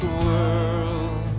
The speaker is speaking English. world